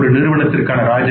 ஒரு நிறுவனத்திற்கான ராஜா